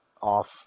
off